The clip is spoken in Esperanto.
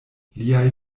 liaj